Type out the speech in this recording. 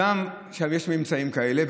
הגם שיש ממצאים כאלה.